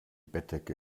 bettdecke